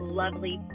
lovely